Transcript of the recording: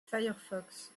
firefox